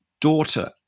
daughter